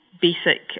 basic